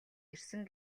ирсэн